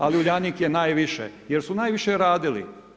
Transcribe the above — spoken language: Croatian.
Ali, Uljanik je najviše, jer su najviše radili.